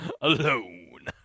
alone